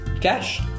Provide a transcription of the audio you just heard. Cash